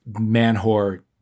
man-whore